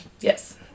Yes